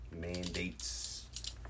Mandates